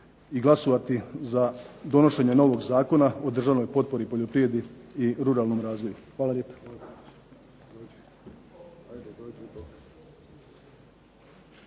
i glasovati za donošenje novog Zakona o državnoj potpori poljoprivredi i ruralnom razvoju. Hvala lijepa.